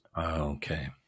okay